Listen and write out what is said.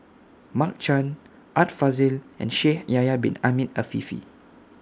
Mark Chan Art Fazil and Shaikh Yahya Bin Ahmed Afifi